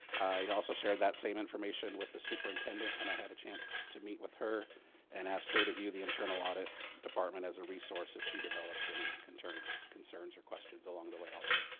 i also shared that same information with the superintendent. i had a chance to meet with her and asked her to view the internal audit department as a resource if she develops any content concerns or questions along the way. also.